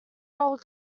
roller